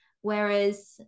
Whereas